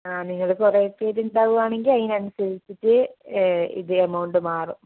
ആ നിങ്ങൾ കുറേ പെരുണ്ടാവാണെങ്കിൽ അയിനനുസരിച്ചിട്ട് ഇത് എമൗണ്ട് മാറും